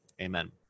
Amen